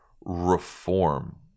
reform